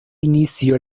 inicio